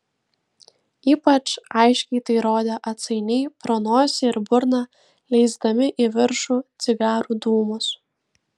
ypač aiškiai tai rodė atsainiai pro nosį ir burną leisdami į viršų cigarų dūmus